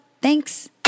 Thanks